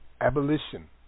Abolition